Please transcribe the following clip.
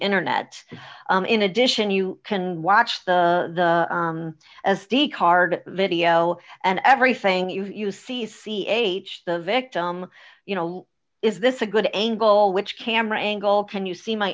internet in addition you can watch the as the card video and everything you see c h the victim you know is this a good angle which camera angle can you see my